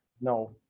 No